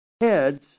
Heads